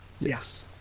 Yes